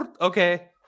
okay